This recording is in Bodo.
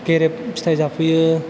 गेरेब फिथाइ जाफैयो